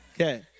Okay